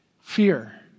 fear